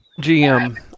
GM